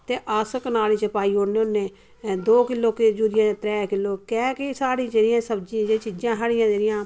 ते अस्स कनाली च पाई उड़ने हुन्ने दो किलो यूरिया त्रै किलो कै की स्हाड़ी जेह्ड़ियां सब्जी दियां चीजां स्हाड़ियां जेह्ड़ियां